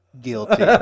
guilty